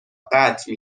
قطع